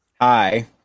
hi